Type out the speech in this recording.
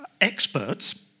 experts